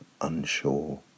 unsure